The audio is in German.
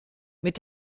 mit